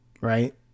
right